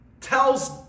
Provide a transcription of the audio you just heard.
tells